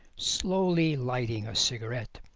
slowly lighting a cigarette.